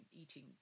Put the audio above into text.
eating